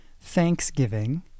Thanksgiving